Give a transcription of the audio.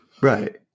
Right